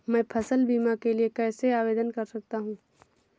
मैं फसल बीमा के लिए कैसे आवेदन कर सकता हूँ?